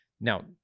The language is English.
now